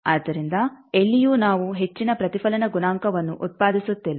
ಆದ್ದರಿಂದ ಎಲ್ಲಿಯೂ ನಾವು ಹೆಚ್ಚಿನ ಪ್ರತಿಫಲನ ಗುಣಾಂಕವನ್ನು ಉತ್ಪಾದಿಸುತ್ತಿಲ್ಲ